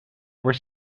were